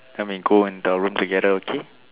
then we go in the room together okay